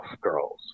Girls